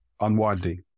unwinding